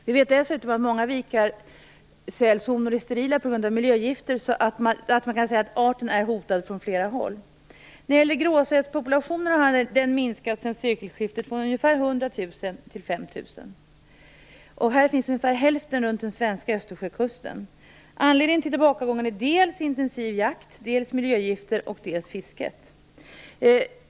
Vi vet dessutom att många vikarsälshonor är sterila på grund av miljögifter, så man kan säga att arten är hotad från flera håll. Gråsälspopulationen har sedan sekelskiftet minskat från ungefär 100 000 djur till ungefär 5 000 i dag. Ungefär hälften finns runt den svenska Östersjökusten. Anledningen till tillbakagången är dels intensiv jakt, dels miljögifter, dels fiske.